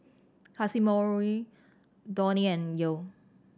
Casimiro Donny and Yael